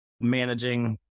managing